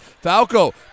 Falco